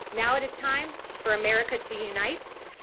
now it is time for america to unite,